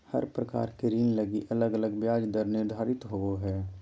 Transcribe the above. हर प्रकार के ऋण लगी अलग अलग ब्याज दर निर्धारित होवो हय